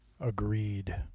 Agreed